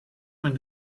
when